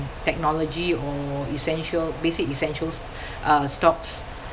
technology or essential basic essentials uh stocks